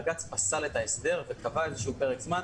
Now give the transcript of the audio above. בג"ץ פסל את ההסדר וקבע פרק זמן,